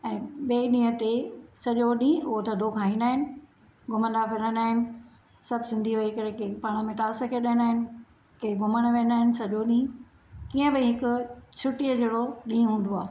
ऐं ॿिएं ॾींहं ते सॼो ॾींहुं उहो थधो खाईंदा आहिनि घुमंदा फिरंदा आहिनि सभु सिंधी वेई करे पाण में ताश खेॾंदा आहिनि कंहिं घुमण वेंदा आहिनि सॼो ॾींहुं कीअं भई हिकु छुटीअ जहिड़ो ॾींहुं हूंदो आहे